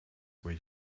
were